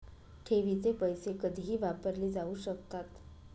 ठेवीचे पैसे कधीही वापरले जाऊ शकतात